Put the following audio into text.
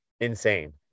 insane